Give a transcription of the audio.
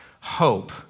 hope